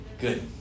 Good